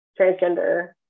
transgender